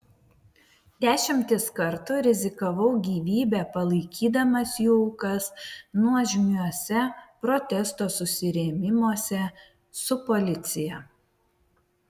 dešimtis kartų rizikavau gyvybe palaikydamas jų aukas nuožmiuose protesto susirėmimuose su policija